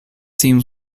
themes